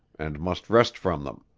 and must rest from them.